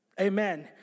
Amen